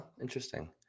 Interesting